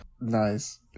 Nice